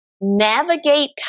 Navigate